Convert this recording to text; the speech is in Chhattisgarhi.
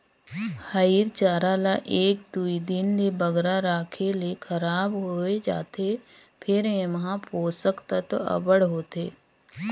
हयिर चारा ल एक दुई दिन ले बगरा राखे ले खराब होए जाथे फेर एम्हां पोसक तत्व अब्बड़ होथे